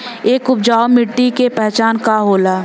एक उपजाऊ मिट्टी के पहचान का होला?